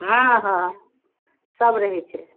हँ हँ सब रहै छै